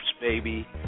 baby